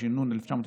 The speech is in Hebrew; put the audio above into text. התש"ן 1990,